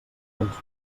vençuts